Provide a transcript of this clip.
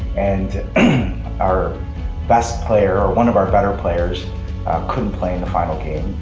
and our best player, or one of our better players couldn't play in the final game,